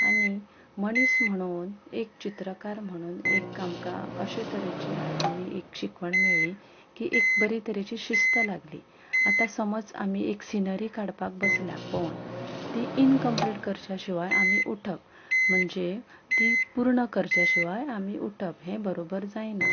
आनी मनीस म्हणून एक चित्रकार म्हणून एक अशे तरेची शिकवण मेळ्ळी की एक बरे तरेची शिस्त लागली आतां समज आमी एक सिनरी काडपाक बसला पळोवन ती इनकम्प्लीट करच्या शिवाय आमी उटप म्हणजे ती पूर्ण करच्या शिवाय आमी उटप हें बरोबर जायना